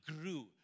grew